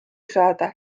saada